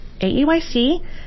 aeyc